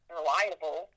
reliable